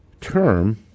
term